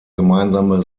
gemeinsame